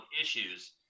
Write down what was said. issues